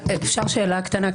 אפשר שאלה קטנה?